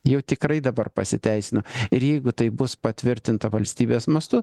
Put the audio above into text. jau tikrai dabar pasiteisina ir jeigu tai bus patvirtinta valstybės mastu